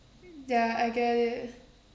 ya I get it